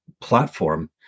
platform